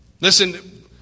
Listen